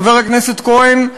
חבר הכנסת כהן,